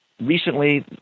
recently